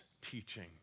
teaching